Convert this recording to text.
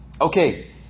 Okay